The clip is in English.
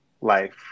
life